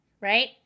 Right